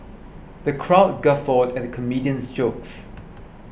the crowd guffawed at the comedian's jokes